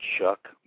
Chuck